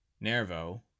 Nervo